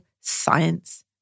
science